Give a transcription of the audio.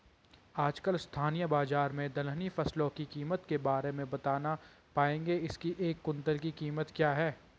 आजकल स्थानीय बाज़ार में दलहनी फसलों की कीमत के बारे में बताना पाएंगे इसकी एक कुन्तल की कीमत क्या है?